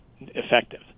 effective